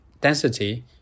density